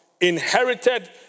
Inherited